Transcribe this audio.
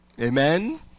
Amen